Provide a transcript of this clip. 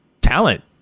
talent